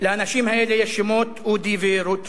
לאנשים האלה יש שמות: אודי ורות פוגל,